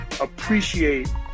appreciate